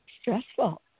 stressful